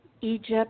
Egypt